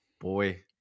boy